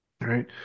right